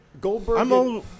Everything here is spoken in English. Goldberg